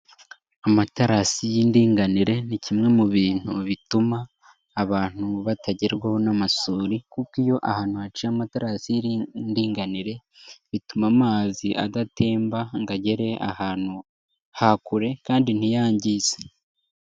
Amaterasi y'indinganire ni kimwe mu bintu bituma abantu batagerwaho n'amasuri, kuko iyo ahantu haciye amaterasi y'indinganire, bituma amazi adatemba ngo agere ahantu ha kure kandi ntiyangize.